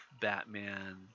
Batman